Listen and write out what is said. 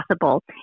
possible